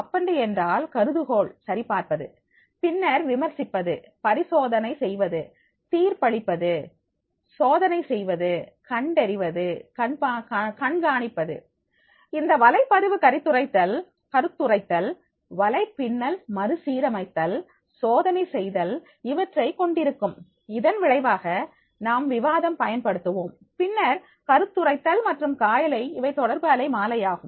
அப்படி என்றால் கருதுகோள் சரி பார்ப்பது பின்னர் விமர்சிப்பது பரிசோதனை செய்வது தீர்ப்பளிப்பது சோதனை செய்வது கண்டறிவது கண்காணிப்பது இந்த வலைப்பதிவு கருத்துரைத்தல் வலைப்பின்னல் மறுசீரமைத்தல் சோதனை செய்தல் இவற்றை கொண்டிருக்கும் இதன் விளைவாக நாம் விவாதம் பயன்படுத்துவோம் பின்னர் கருத்துரைத்தல் மற்றும் காயலை இவை தொடர்பு அலை மாலையாகும்